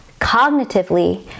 cognitively